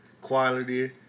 Quality